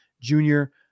junior